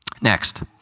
Next